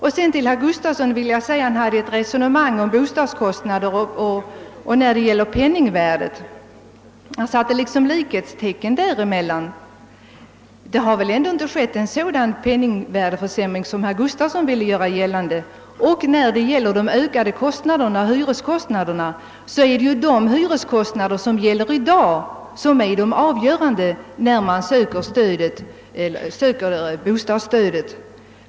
Slutligen förde herr Gustavsson i Alvesta ett resonemang om bostadskostnaderna och penningvärdet, och han satte då så att säga likhetstecken mellan de båda sakerna. Men det har väl inte skett någon sådan penningvärdeförsämring som herr Gustavsson ville göra gällande. Det är för övrigt hyreskostnaderna i dag som är avgörande när man söker bostadsstöd.